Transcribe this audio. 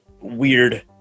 weird